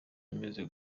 imeze